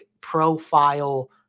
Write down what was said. profile